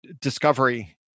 discovery